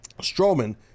Strowman